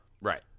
Right